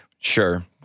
Sure